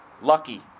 lucky